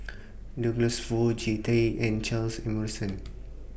Douglas Foo Jean Tay and Charles Emmerson